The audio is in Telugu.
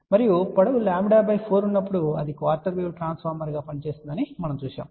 మరియు పొడవు 4 ఉన్నప్పుడు అది క్వార్టర్ వేవ్ ట్రాన్స్ఫార్మర్గా పనిచేస్తుందని మనము చూశాము